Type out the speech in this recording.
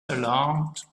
alarmed